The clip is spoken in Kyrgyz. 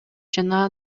жана